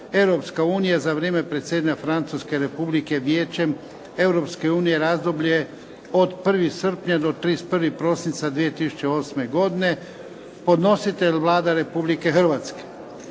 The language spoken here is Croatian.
Europska unija za vrijeme predsjedanja Francuske Republike Vijećem Europske unije (Razdoblje od 1. srpnja do 31. prosinca 2008. godine) Podnositelj: Vlada Republike Hrvatske;